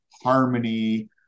harmony